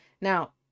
Now